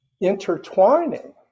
intertwining